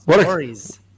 Stories